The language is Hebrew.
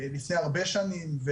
לפני הרבה שנים,